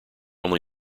only